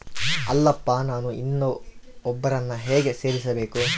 ಅಲ್ಲಪ್ಪ ನಾನು ಇನ್ನೂ ಒಬ್ಬರನ್ನ ಹೇಗೆ ಸೇರಿಸಬೇಕು?